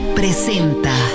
presenta